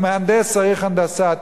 מהנדס צריך תעודה בהנדסה,